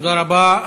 תודה רבה.